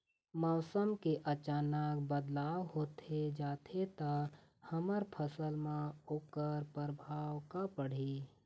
मौसम के अचानक बदलाव होथे जाथे ता हमर फसल मा ओकर परभाव का पढ़ी?